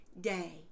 day